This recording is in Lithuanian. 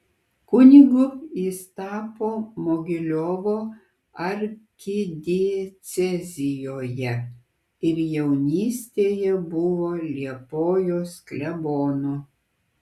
kunigu jis tapo mogiliovo arkidiecezijoje ir jaunystėje buvo liepojos klebonu